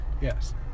Yes